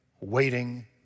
waiting